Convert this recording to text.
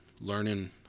learning